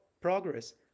progress